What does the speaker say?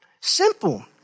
Simple